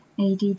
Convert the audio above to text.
ADD